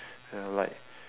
you know like